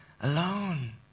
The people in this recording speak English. alone